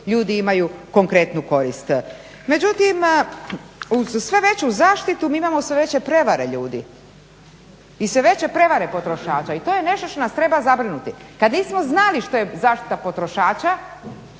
ljudi imaju konkretnu korist. Međutim, uz sve veću zaštitu mi imamo sve veće prevare ljudi i sve veće prevare potrošača. I to je nešto što nas treba zabrinuti. Kad nismo znali što je zaštita potrošača